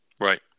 Right